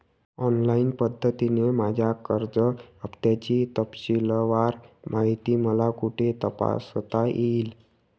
Online पद्धतीने माझ्या कर्ज हफ्त्याची तपशीलवार माहिती मला कुठे तपासता येईल?